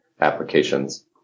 applications